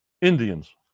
Indians